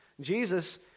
jesus